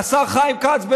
השר חיים כץ,